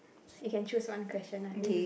you can choose one question I been